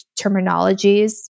terminologies